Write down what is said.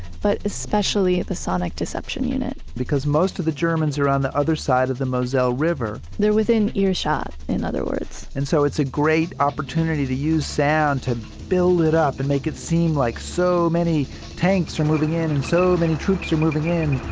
but especially the sonic deception unit because most of the germans are on the other side of the moselle river they're within earshot, in other words and so it's a great opportunity to use sound to build it up and make it seem like so many tanks are moving in and so many and troops are moving in